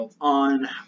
on